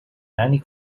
many